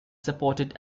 supported